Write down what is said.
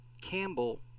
Campbell